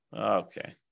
Okay